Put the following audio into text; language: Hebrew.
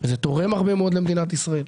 זה תורם הרבה מאוד למדינת ישראל,